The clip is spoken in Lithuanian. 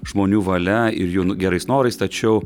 žmonių valia ir jų gerais norais tačiau